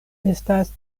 estas